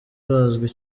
bazwi